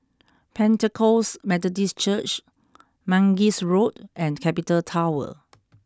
Pentecost Methodist Church Mangis Road and Capital Tower